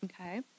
Okay